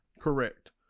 Correct